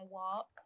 walk